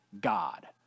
God